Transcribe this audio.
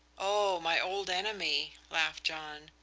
oh, my old enemy, laughed john.